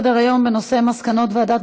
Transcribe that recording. ההצעות לסדר-היום בנושא מסקנות ועדת